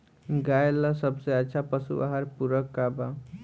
गाय ला सबसे अच्छा पशु आहार पूरक का बा?